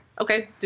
okay